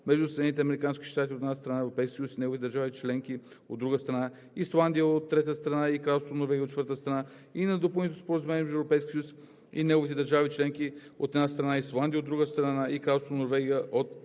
между Съединените американски щати, от една страна, Европейския съюз и неговите държави членки, от друга страна, Исландия, от трета страна, и Кралство Норвегия, от четвърта страна, и на Допълнителното споразумение между Европейския съюз и неговите държави членки, от една страна, Исландия, от друга страна, и Кралство Норвегия, от трета страна,